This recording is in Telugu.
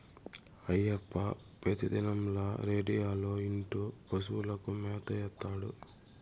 అయ్యప్ప పెతిదినంల రేడియోలో ఇంటూ పశువులకు మేత ఏత్తాడు